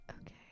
okay